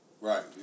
Right